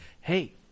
Hey